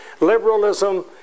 liberalism